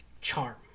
charm